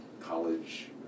college